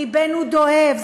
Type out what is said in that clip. לבנו דואב,